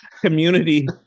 Community